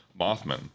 Mothman